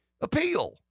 appeal